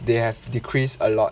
they have decreased a lot